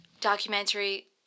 Documentary